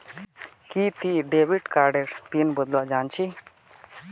कि ती डेविड कार्डेर पिन बदलवा जानछी